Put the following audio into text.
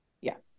yes